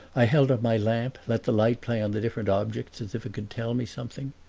i held up my lamp, let the light play on the different objects as if it could tell me something.